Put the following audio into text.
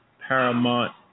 paramount